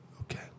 Okay